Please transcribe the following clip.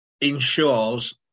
ensures